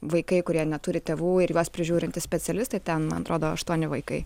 vaikai kurie neturi tėvų ir juos prižiūrintys specialistai ten man atrodo aštuoni vaikai